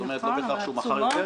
כלומר לא בהכרח שהוא מכר יותר,